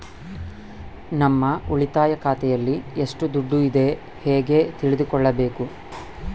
ನಮ್ಮ ಉಳಿತಾಯ ಖಾತೆಯಲ್ಲಿ ಎಷ್ಟು ದುಡ್ಡು ಇದೆ ಹೇಗೆ ತಿಳಿದುಕೊಳ್ಳಬೇಕು?